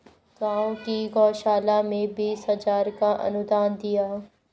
गांव की गौशाला में बीस हजार का अनुदान दिया